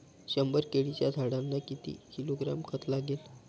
शंभर केळीच्या झाडांना किती किलोग्रॅम खत लागेल?